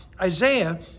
Isaiah